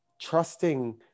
trusting